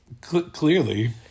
Clearly